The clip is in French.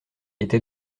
était